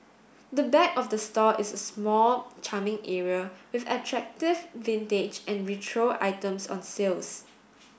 the back of the store is a small charming area with attractive vintage and retro items on sales